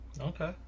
Okay